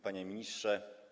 Panie Ministrze!